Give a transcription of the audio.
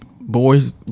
boys